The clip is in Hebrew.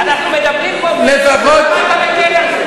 אנחנו מדברים פה בינינו למה אתה מגן על זה.